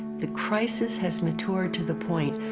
the crisis has matured to the point,